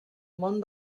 món